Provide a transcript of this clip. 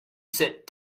sit